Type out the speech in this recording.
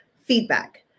feedback